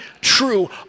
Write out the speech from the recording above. true